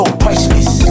priceless